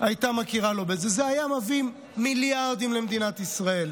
זה היה מביא מיליארדים למדינת ישראל.